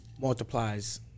multiplies